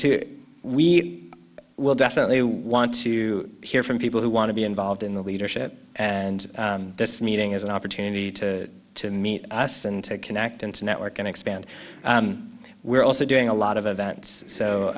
so we will definitely want to hear from people who want to be involved in the leadership and this meeting is an opportunity to to meet us and to connect and to network and expand we're also doing a lot of events so